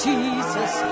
Jesus